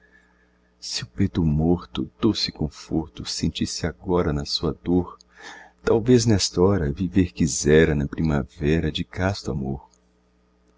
se o peito morto doce conforto sentisse agora na sua dor talvez nesthora viver quisera na primavera de casto amor